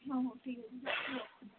ହଁ ହଁ ଠିକ୍ ଅଛି କୁହ